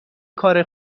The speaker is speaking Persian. کار